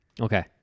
Okay